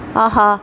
ஆஹா